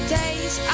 days